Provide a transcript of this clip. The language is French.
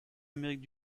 amérique